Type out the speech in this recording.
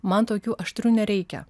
man tokių aštrių nereikia